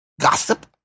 gossip